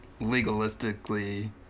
legalistically